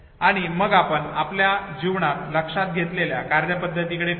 आणि मग आपण आपल्या जीवनात लक्षात घेतलेल्या कार्यपद्धतीकडे पहिले